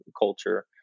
culture